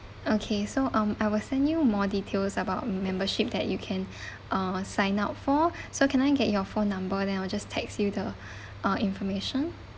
okay so um I will send you more details about membership that you can uh sign up for so can I get your phone number then I will just text you the uh information